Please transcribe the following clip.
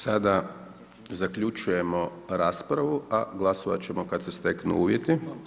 Sada zaključujemo raspravu, a glasovat ćemo kada se steknu uvjeti.